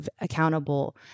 accountable